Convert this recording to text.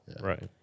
right